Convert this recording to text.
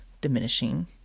diminishing